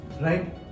right